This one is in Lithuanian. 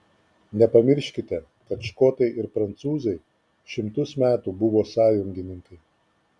nepamirškite kad škotai ir prancūzai šimtus metų buvo sąjungininkai